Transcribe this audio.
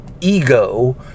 ego